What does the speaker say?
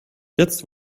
jetzt